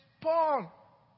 Paul